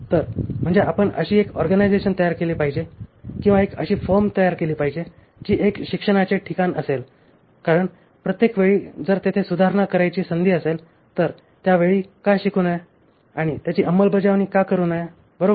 तर म्हणजे आपण एक अशी ऑर्गनायझेशन तयार केली पाहिजे किंवा एक अशी फर्म तयार केली पाहिजे जी एक शिक्षणाचे ठिकाण असेल कारण प्रत्येक वेळी जर तेथे सुधारणा करण्याची संधी असेल तर त्यावेळी का शिकू नये आणि त्याची अंमलबजावणी का करू नये बरोबर